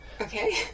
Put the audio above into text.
Okay